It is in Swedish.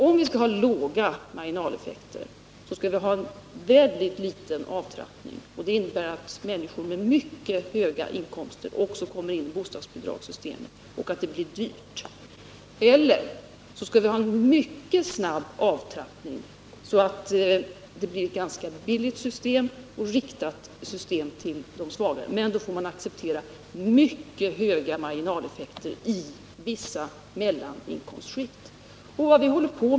Om vi skall ha låga marginaleffekter, måste vi ha en väldigt liten avtrappning. Det innebär att också människor med mycket höga inkomster kommer in i bostadsbidragssystemet och att systemet blir dyrt. Om vi däremot skall göra en mycket snabb avtrappning, så att det blir ett ganska billigt system men riktat till de svagare, får vi acceptera mycket höga marginaleffekter i vissa mellaninkomstskikt.